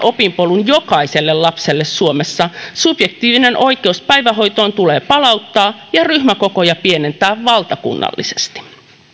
opinpolku jokaiselle lapselle suomessa subjektiivinen oikeus päivähoitoon tulee palauttaa ja ryhmäkokoja pienentää valtakunnallisesti